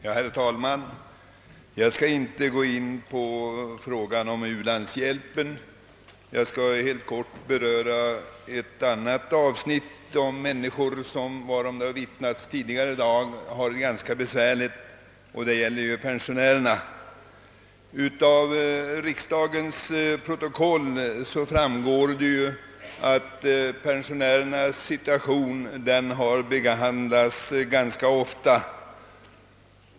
Herr talman! Jag skall inte gå in på frågan om u-landshjälpen men jag skall helt kort ta upp det avsnitt av här föreliggande problemkomplex, som berör de människor i vårt land vilka — såsom omvittnats tidigare i debatten — har det särskilt besvärligt, nämligen pensionärerna. Av riksdagens protokoll framgår, att pensionärernas situation behandlats ganska ofta här i riksdagen.